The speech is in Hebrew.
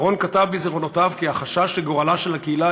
אהרן כתב בזיכרונותיו כי החשש שגורלה של הקהילה